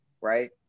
right